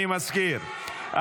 אני מזכיר,